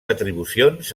atribucions